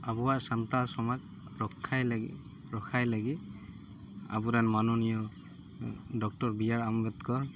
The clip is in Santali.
ᱟᱵᱚᱣᱟᱜ ᱥᱟᱱᱛᱟᱲ ᱥᱚᱢᱟᱡᱽ ᱨᱚᱠᱷᱟᱭ ᱞᱟᱹᱜᱤᱫ ᱨᱚᱠᱷᱟᱭ ᱞᱟᱹᱜᱤᱫ ᱟᱵᱚᱨᱮᱱ ᱢᱟᱱᱚᱱᱤᱭᱚ ᱰᱚᱠᱴᱚᱨ ᱵᱤ ᱟᱨ ᱟᱢᱵᱮᱫᱠᱚᱨ